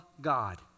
God